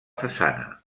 façana